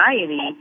anxiety